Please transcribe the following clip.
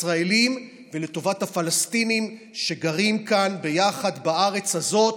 לטובת הישראלים ולטובת הפלסטינים שגרים כאן ביחד בארץ הזאת,